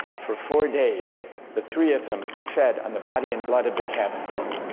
for four days the three of them fed on the body and blood of the cabin boy.